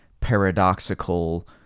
paradoxical